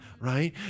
right